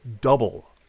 double